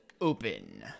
open